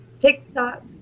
TikTok